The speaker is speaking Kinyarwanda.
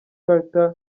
carter